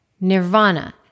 nirvana